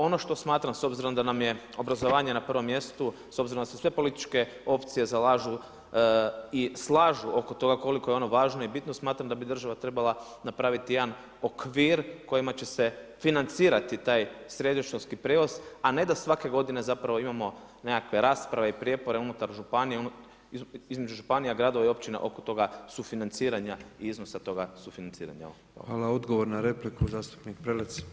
Ono što smatram, s obzirom da nam je obrazovanje na prvom mjestu, s obzirom da se sve političke opcije zalažu i slažu oko toga koliko je ono važno i bitno, smatram da bi država trebala napraviti jedan okvir, kojima će se financirati taj srednjoškolski prijevoz, a ne da svake godine, zapravo imamo nekakve rasprave i prijepore unutar županija, između županija, gradova i općina, oko toga sufinanciranja i iznosa toga sufinanciranja.